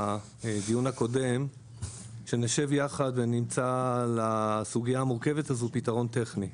בדיון הקודם שנשב יחד ונמצא לסוגיה המורכבת הזאת פתרון טכני.